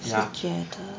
ya